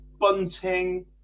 Bunting